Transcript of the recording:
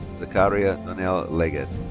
zahariah donelle leggett.